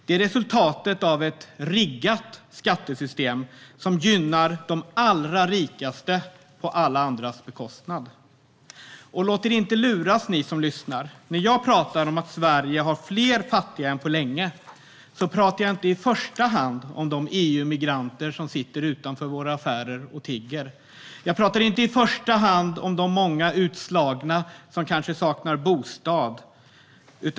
Det är resultatet av ett riggat skattesystem som gynnar de allra rikaste på alla andras bekostnad. Och låt er inte luras, ni som lyssnar! När jag pratar om att Sverige har fler fattiga än på länge pratar jag inte i första hand om de EU-migranter som tigger utanför våra affärer. Jag pratar inte i första hand om de många utslagna som kanske saknar bostad.